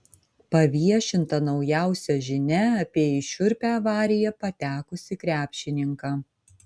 paviešinta naujausia žinia apie į šiurpią avariją patekusį krepšininką